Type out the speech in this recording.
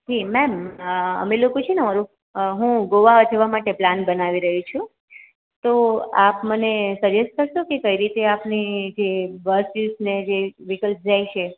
જી ma'am અમે લોકો છે ને હું ગોવા જવા માટે પ્લાન બનાવી રહી છું તો આપ મને સજેસ કરશો કે કઈ રીતે આપની જે બસીસ ને જે વ્હિકલ્સ જાય છે